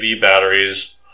batteries